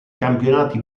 campionati